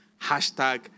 Hashtag